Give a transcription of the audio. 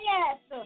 yes